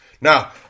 Now